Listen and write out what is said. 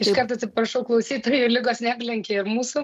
iš karto atsiprašau klausytojų ligos neaplenkė ir mūsų